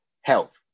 health